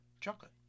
chocolate